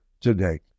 today